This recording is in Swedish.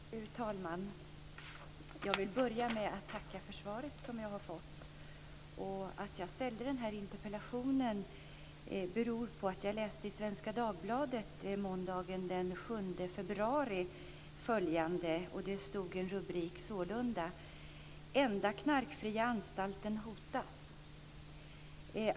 Fru talman! Jag vill börja med att tacka för svaret. Att jag ställde den här interpellationen beror på att jag läste följande rubrik i Svenska Dagbladet måndagen den 7 februari: "Enda knarkfria fängelset hotas."